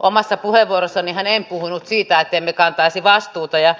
omassa puheenvuorossanihan en puhunut siitä että emme kantaisi vastuuta ja